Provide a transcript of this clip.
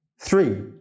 three